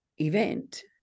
event